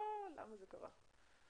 מה המצב היום?